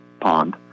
pond